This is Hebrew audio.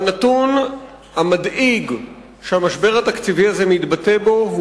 הנתון המדאיג שהמשבר התקציבי הזה מתבטא בו הוא